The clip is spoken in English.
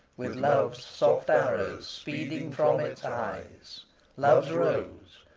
with love's soft arrows speeding from its eyes love's rose,